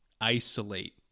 isolate